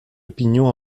opinion